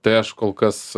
tai aš kol kas